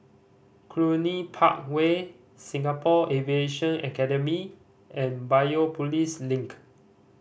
Cluny Park Way Singapore Aviation Academy and Biopolis Link